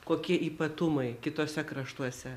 kokie ypatumai kituose kraštuose